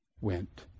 went